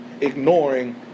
ignoring